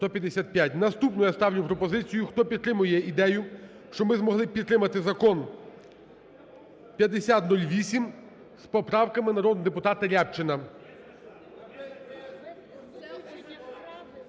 Наступну я ставлю пропозицію. Хто підтримує ідею, щоб ми змогли підтримати Закон 5008 з поправками народного депутата Рябчина.